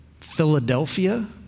Philadelphia